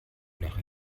nach